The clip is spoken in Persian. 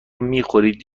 میخورید